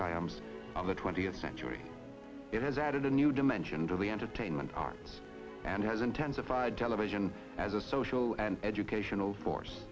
triumphs of the twentieth century it has added new dimension to the entertainment arts and has intensified television as a social and educational force